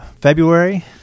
February